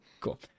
Cool